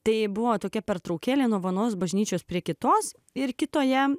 tai buvo tokia pertraukėlė nuo vienos bažnyčios prie kitos ir kitoje